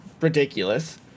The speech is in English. ridiculous